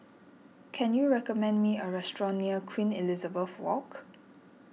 can you recommend me a restaurant near Queen Elizabeth Walk